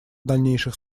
дальнейших